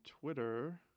Twitter